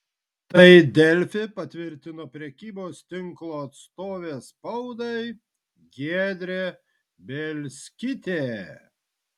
tai delfi patvirtino prekybos tinklo atstovė spaudai giedrė bielskytė